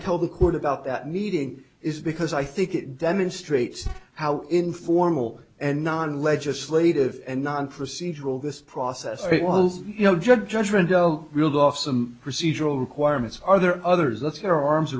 told the court about that meeting is because i think it demonstrates how informal and non legislative and non procedural this process was you know judge judgment oh reeled off some procedural requirements are there others let's hear arms